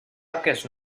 aquest